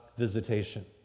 visitation